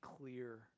clear